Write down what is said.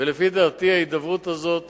לפי דעתי ההידברות הזאת חייבת,